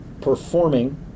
performing